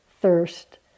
thirst